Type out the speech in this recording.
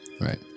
right